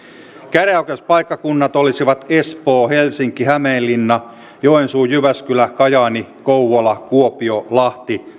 käräjäoikeuspaikkakunnat olisivat espoo helsinki hämeenlinna joensuu jyväskylä kajaani kouvola kuopio lahti